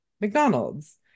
McDonald's